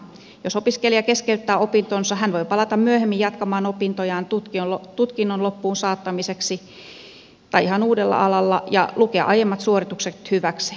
jos opiskelija keskeyttää opintonsa hän voi palata myöhemmin jatkamaan opintojaan tutkinnon loppuun saattamiseksi tai aloittaa ihan uudella alalla ja lukea aiemmat suoritukset hyväkseen